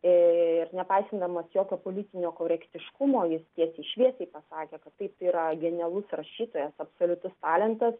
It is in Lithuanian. ir nepaisydamas jokio politinio korektiškumo jis tiesiai šviesiai pasakė kad taip yra genialus rašytojas absoliutus talentas